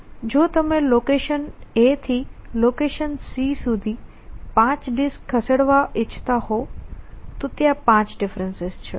જો તમે location A થી લોકેશન C સુધી 5 ડિસ્ક ખસેડવા ઇચ્છતા હોવ તો તો ત્યાં 5 ડિફરેન્સ છે